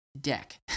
deck